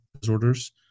disorders